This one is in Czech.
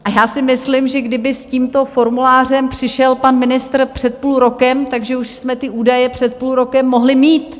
A já si myslím, že kdyby s tímto formulářem přišel pan ministr před půlrokem, takže už jsme ty údaje před půlrokem mohli mít.